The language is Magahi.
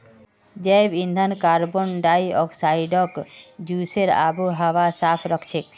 जैव ईंधन कार्बन डाई ऑक्साइडक चूसे आबोहवाक साफ राखछेक